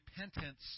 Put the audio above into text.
repentance